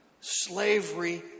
slavery